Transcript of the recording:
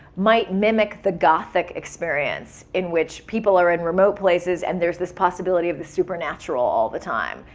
might mimic the gothic experience in which people are and remote places and there's this possibility of the supernatural all the time.